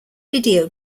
video